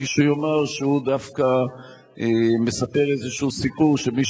מישהו יאמר שהוא דווקא מספר איזה סיפור שמי